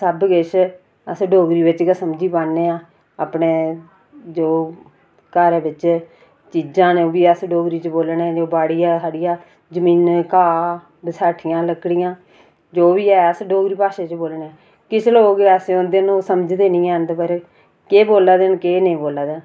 सब किश असें डोगरी बिच गै समझी पाने आं अपने जो घरै बिच चीजां न ओह्बी अस डोगरी च बोलने आं जो बाड़ी ऐ साड़ियां जमीने घा बसाठियां लकड़ियां जो बी ऐ अस डोगरी भाशा च बोलने आं किश लोग ऐसे होंदे न समझदे नी हैन के बोल्ला दे न केह् नेईं बोल्ला दे